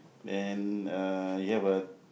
then uh here got